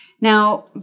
Now